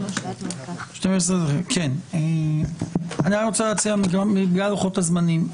אני רוצה להציע בגלל לוחות הזמנים.